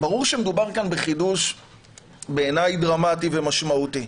ברור שמדובר כאן בחידוש בעיני דרמטי ומשמעותי.